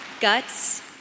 Guts